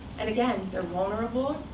and again, they're vulnerable,